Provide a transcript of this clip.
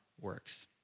works